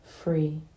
free